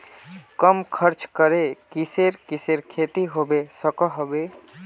कम खर्च करे किसेर किसेर खेती होबे सकोहो होबे?